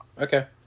Okay